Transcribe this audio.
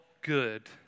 good